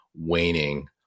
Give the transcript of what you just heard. waning